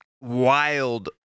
wild